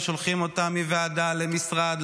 ושולחים אותן מוועדה למשרד,